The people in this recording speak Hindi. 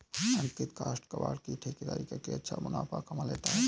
अंकित काष्ठ कबाड़ की ठेकेदारी करके अच्छा मुनाफा कमा लेता है